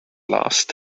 last